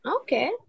okay